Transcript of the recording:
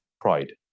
pride